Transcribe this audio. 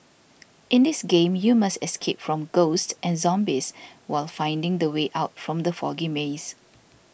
in this game you must escape from ghosts and zombies while finding the way out from the foggy maze